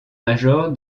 major